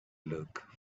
look